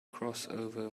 crossover